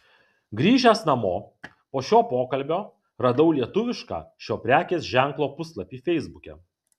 grįžęs namo po šio pokalbio radau lietuvišką šio prekės ženklo puslapį feisbuke